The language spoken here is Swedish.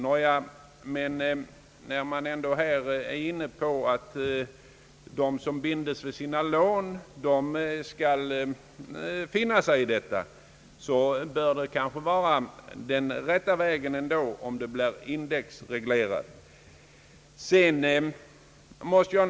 Nåja, men när man i alla fall är inne på att de, som bindes vid sina lån, skall finna sig i detta, så bör det kanske vara den rätta vägen att genomföra indexreglering.